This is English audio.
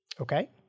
okay